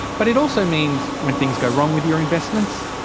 but it also means when things go wrong with your investments,